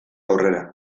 aurrera